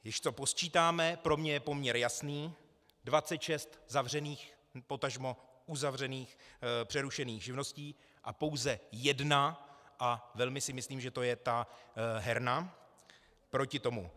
Když to posčítáme, pro mě je poměr jasný, 26 zavřených, potažmo uzavřených, přerušených živností a pouze jedna, a velmi si myslím, že to je ta herna, proti tomu.